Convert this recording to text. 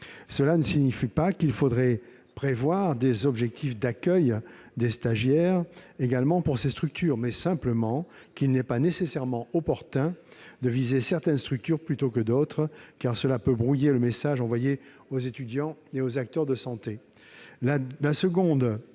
Cela ne signifie pas qu'il faudrait prévoir des objectifs d'accueil de stagiaires également pour ces structures ; simplement, il n'est pas nécessairement opportun de viser certaines structures plutôt que d'autres, car cela peut brouiller le message envoyé aux étudiants et aux acteurs de santé. La seconde